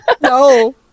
No